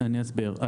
אני אסביר.